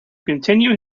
continue